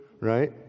right